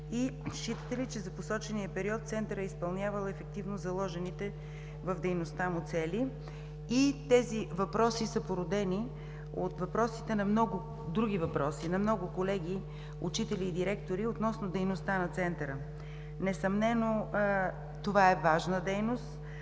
и считате ли, че за посочения период Центърът е изпълнявал ефективно заложените в дейността му цели? Тези въпроси са породени от въпросите на много други въпроси от колеги – учители и директори, относно дейността на Центъра. Несъмнено, това е важна дейност